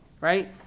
right